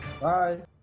Bye